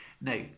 Now